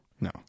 No